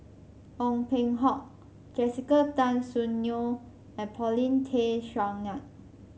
Ong Peng Hock Jessica Tan Soon Neo and Paulin Tay Straughan